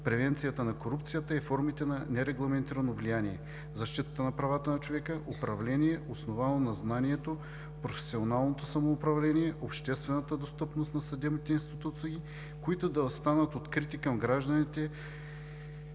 превенция на корупцията и формите на нерегламентирано влияние; защитата на правата на човека; управление, основано на знанието, професионалното самоуправление; обществената достъпност на съдебните институции, които да станат открити към гражданите,